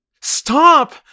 Stop